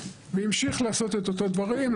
והמשיך לעשות את אותם דברים,